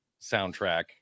soundtrack